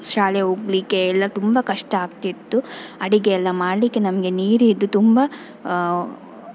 ಶಾಲೆ ಹೋಗಲಿಕ್ಕೆ ಎಲ್ಲ ತುಂಬ ಕಷ್ಟ ಆಗ್ತಿತ್ತು ಅಡಿಗೆ ಎಲ್ಲ ಮಾಡಲಿಕ್ಕೆ ನಮಗೆ ನೀರಿನದ್ದು ತುಂಬ